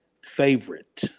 favorite